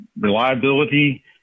reliability